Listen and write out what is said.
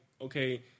okay